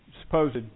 supposed